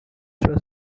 was